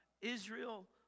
Israel